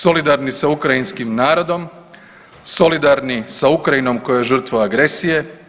Solidarni sa ukrajinskim narodom, solidarni sa Ukrajinom koja je žrtva agresije.